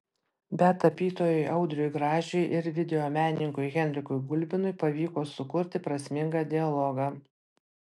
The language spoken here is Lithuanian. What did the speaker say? bet tapytojui audriui gražiui ir videomenininkui henrikui gulbinui pavyko sukurti prasmingą dialogą